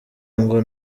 ngo